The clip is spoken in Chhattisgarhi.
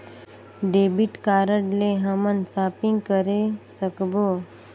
डेबिट कारड ले हमन शॉपिंग करे सकबो?